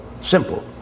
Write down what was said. simple